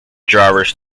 drivers